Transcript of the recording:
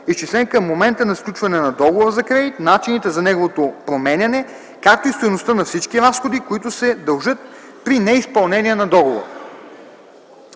изчислен към момента на сключване на договора за кредит, начините за неговото променяне, както и стойността на всички разходи, които се дължат при неизпълнение на договора;